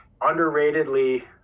underratedly